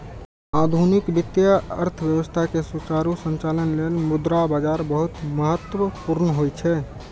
आधुनिक वित्तीय अर्थव्यवस्था के सुचारू संचालन लेल मुद्रा बाजार बहुत महत्वपूर्ण होइ छै